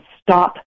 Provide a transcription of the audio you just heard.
stop